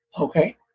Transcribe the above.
okay